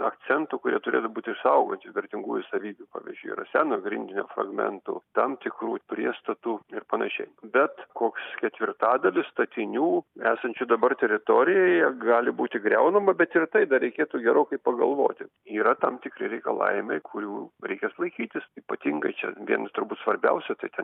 akcentų kurie turėtų būti išsaugoti vertingųjų savybių pavyzdžiui yra seno grindinio fragmentų tam tikrų priestatų ir panašiai bet koks ketvirtadalis statinių esančių dabar teritorijoje gali būti griaunama bet yra tai dar reikėtų gerokai pagalvoti yra tam tikri reikalavimai kurių reikės laikytis ypatingai čia vienas turbūt svarbiausių tai ten